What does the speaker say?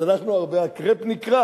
אז, הלכנו הרבה, הקרפ נקרע.